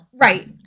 Right